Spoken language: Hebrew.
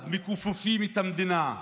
אז מכופפים את המדינה,